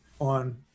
on